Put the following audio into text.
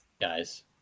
guys